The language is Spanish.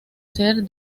ser